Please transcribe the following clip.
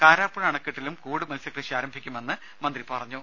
കാരാപ്പുഴ അണക്കെട്ടിലും കൂട് മത്സ്യക്ക്വഷി ആരംഭിക്കുമെന്ന് മന്ത്രി പറഞ്ഞു